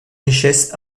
richesse